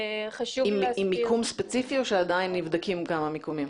עם מיקום ספציפי או שעדיין נבדקים כמה מקומות?